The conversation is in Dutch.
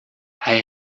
hij